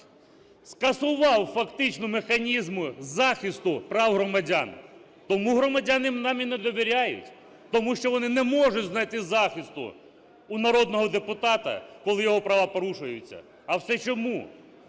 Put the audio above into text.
скасував фактично механізм захисту прав громадян. Тому громадяни нам і не довіряють, тому що вони не можуть знайти захисту у народного депутата, коли його права порушуються. А все чому?